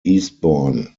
eastbourne